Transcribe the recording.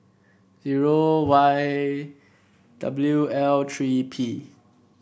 zero Y W L three P